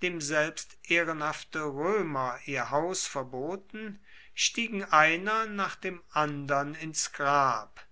dem selbst ehrenhafte römer ihr haus verboten stiegen einer nach dem andern ins grab